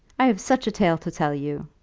i have such a tale to tell you,